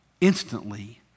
instantly